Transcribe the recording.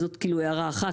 זו הערה אחת.